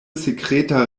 sekreta